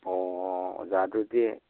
ꯑꯣ ꯑꯣꯖꯥ ꯑꯗꯨꯗꯤ